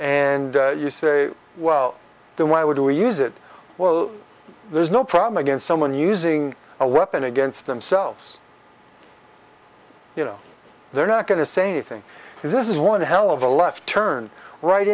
and you say well then why would we use it well there's no problem against someone using a weapon against themselves you know they're not going to say think this is one hell of a left turn right